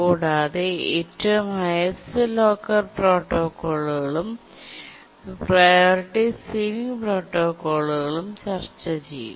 കൂടാതെ ഏറ്റവും highest locker പ്രോട്ടോക്കോളും പ്രിയോറിറ്റി സീലിംഗ് പ്രോട്ടോക്കോളും ചർച്ച ചെയ്യും